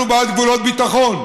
אנחנו בעד גבולות ביטחון.